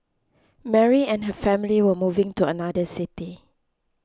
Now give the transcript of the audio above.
Mary and her family were moving to another city